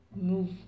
move